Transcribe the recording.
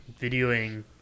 videoing